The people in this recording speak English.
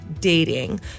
dating